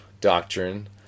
doctrine